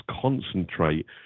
concentrate